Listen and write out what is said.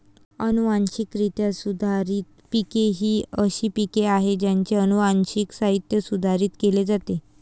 अनुवांशिकरित्या सुधारित पिके ही अशी पिके आहेत ज्यांचे अनुवांशिक साहित्य सुधारित केले जाते